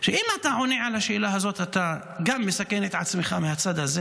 שאם אתה עונה את התשובה הזאת אתה גם מסכן את עצמך מהצד הזה